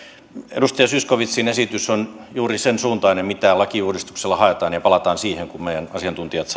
edustaja zyskowiczin esitys on juuri sen suuntainen mitä lakiuudistuksella haetaan ja palataan siihen kun meidän asiantuntijamme